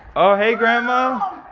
oh hey grandma! oh,